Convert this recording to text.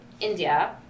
India